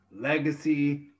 legacy